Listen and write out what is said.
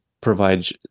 provides